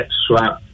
swap